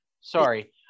Sorry